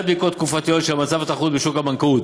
בדיקות תקופתיות של מצב התחרות בשוק הבנקאות,